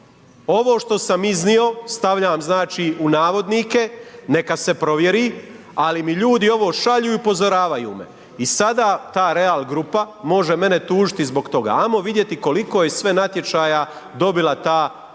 Ovo što sam iznio stavljam znači u navodnike, neka se provjeri, ali mi ljudi ovo šalju i upozoravaju me i sada ta Real grupa može mene tužiti zbog toga, ajmo vidjeti koliko je sve natječaja dobila ta Real